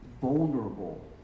vulnerable